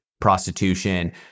prostitution